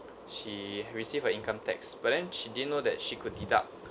she received her income tax but then she didn't know that she could deduct